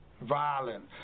violence